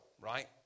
right